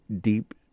deep